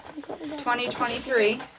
2023